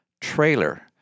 trailer